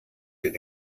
den